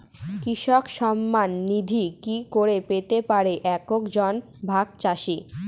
কৃষক সন্মান নিধি কি করে পেতে পারে এক জন ভাগ চাষি?